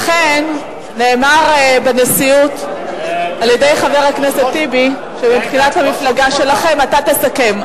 לכן נאמר בנשיאות על-ידי חבר הכנסת טיבי שמבחינת המפלגה שלכם אתה תסכם,